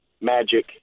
Magic